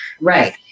Right